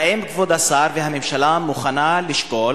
האם כבוד השר והממשלה מוכנים לשקול